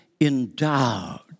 endowed